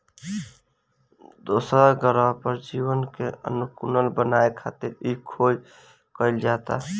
दोसरा ग्रह पर जीवन के अनुकूल बनावे खातिर इ खोज कईल जाता